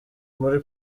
muri